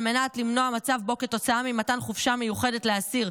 על מנת למנוע מצב שבו כתוצאה ממתן חופשה מיוחדת לאסיר,